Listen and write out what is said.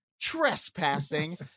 trespassing